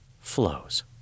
flows